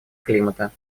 климата